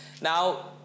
now